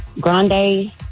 grande